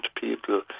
people